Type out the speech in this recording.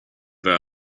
there